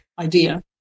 idea